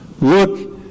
look